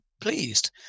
pleased